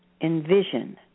envision